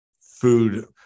food